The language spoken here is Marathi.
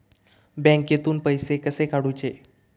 बँकेतून पैसे कसे काढूचे?